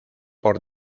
por